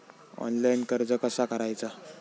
Online कर्ज कसा करायचा?